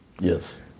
Yes